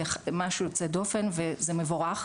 זה משהו יוצא דופן וזה מבורך,